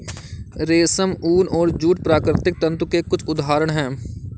रेशम, ऊन और जूट प्राकृतिक तंतु के कुछ उदहारण हैं